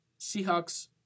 Seahawks